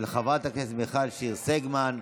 של חברת הכנסת מיכל שיר סגמן.